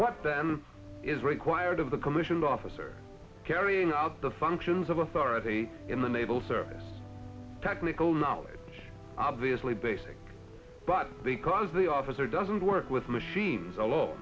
what is required of the commissioned officer carrying out the functions of authority in the naval service technical knowledge obviously basic but because the officer doesn't work with machines